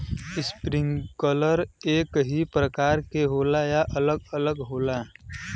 Sprinkler सब एकही प्रकार के होला या अलग अलग होला?